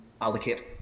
allocate